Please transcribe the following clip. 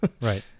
Right